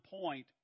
point